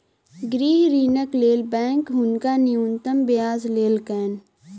गृह ऋणक लेल बैंक हुनका न्यूनतम ब्याज लेलकैन